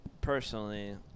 personally